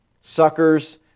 Suckers